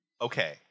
Okay